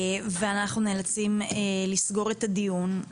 ואנחנו נאלצים לסגור את הדיון.